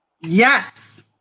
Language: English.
yes